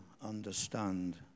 understand